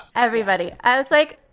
everybody. i was like,